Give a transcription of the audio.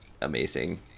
amazing